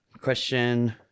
question